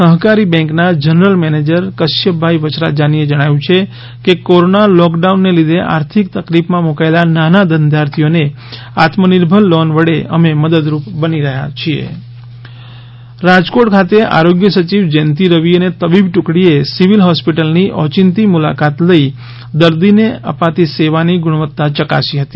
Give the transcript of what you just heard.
આ સહકારી બેન્ક ના જનરલ મેનેજર કશ્યપભાઈ વચ્છરાજાનીએ જણાવ્યુ છે કે કોરોના લોક ડાઉન ને લીધે આર્થિક તકલીફ માં મુકાયેલા નાના ધંધાર્થીઓ ને આત્મનિર્ભર લોન વડે અમે મદદરૂપ બની રહ્યા છીએ કોરોના ગુજરાત બપોર નું બુલેટિન રાજકોટ ખાતે આરોગ્ય સચિવ જયંતિ રવિ અને તબીબ ટુકડી એ સિવિલ હોસ્પિટલ ની ઓચિંતી મુલાકાત લઈ દર્દી ને આપતી સેવા ની ગુણવત્તા ચકાસી હતી